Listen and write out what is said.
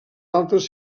altres